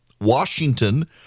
Washington